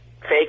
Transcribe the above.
fake